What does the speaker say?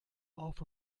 auf